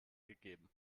gegeben